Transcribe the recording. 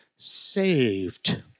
Saved